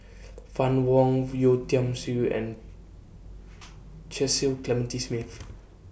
Fann Wong Yeo Tiam Siew and Cecil Clementi Smith